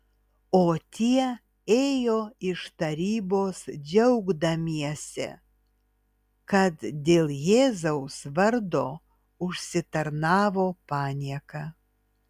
o tie ėjo iš tarybos džiaugdamiesi kad dėl jėzaus vardo užsitarnavo panieką